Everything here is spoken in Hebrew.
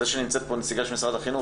זה שנמצאת פה נציגה של משרד החינוך,